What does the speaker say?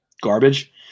garbage